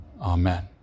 Amen